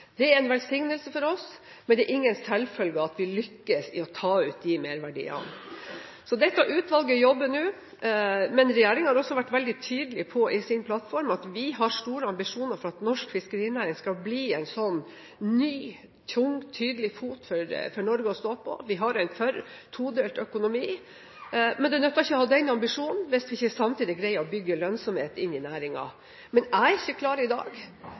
Det er en velsignelse for oss, men det er ingen selvfølge at vi lykkes i å ta ut de merverdiene. Dette utvalget jobber nå. Regjeringen har i sin plattform også vært veldig tydelig på at vi har store ambisjoner for at norsk fiskerinæring skal bli en sånn ny, tung og tydelig fot å stå på for Norge. Vi har en todelt økonomi, men det nytter ikke å ha den ambisjonen hvis vi ikke samtidig greier å bygge lønnsomhet inn i næringen. Men jeg er i dag ikke klar